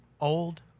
old